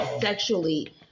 sexually